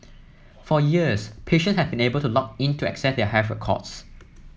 for years patients have been able to log in to access their health records